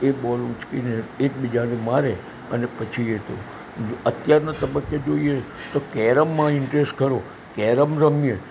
એ બોલ ઊંચકીને એકબીજાને મારે અને પછી એ અત્યારના તબક્કે જોઈએ તો કેરમમાં ઇન્ટરેસ્ટ ખરો કેરમ રમીએ